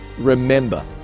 remember